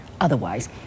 otherwise